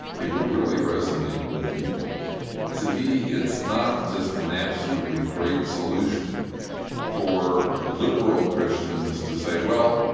it would really resonate with people to me it's not just an absolutely great solution for liberal christians to say, well,